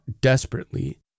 desperately